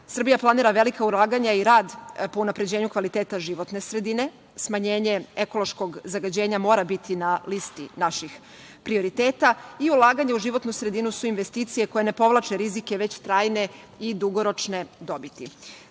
planira velika ulaganja i rad po unapređenju kvaliteta životne sredine. Smanjenje ekološkog zagađenja mora biti na listi naših prioriteta i ulaganje u životnu sredinu su investicije koje ne povlače rizike, već trajne i dugoročne dobiti. Srbija